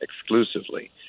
exclusively